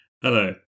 Hello